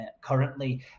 currently